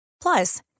Plus